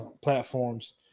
platforms